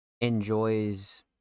enjoys